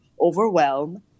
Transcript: overwhelm